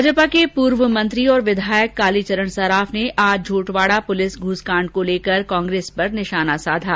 भाजपा के पूर्व मंत्री और विधायक कालीचरण सराफ ने आज झोटवाडा पुलिस घूसकांड को लेकर कांग्रेस सरकार पर निशाना साधा